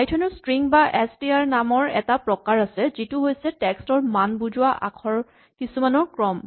Python ৰ string বা S T R নামৰ এটা প্ৰকাৰ আছে যিটো হৈছে টেক্স্ট ৰ মান বুজোৱা আখৰ কিছুমানৰ ক্ৰম